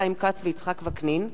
חיים כץ ויצחק וקנין,